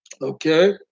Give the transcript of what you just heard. Okay